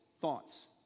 thoughts